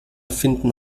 finden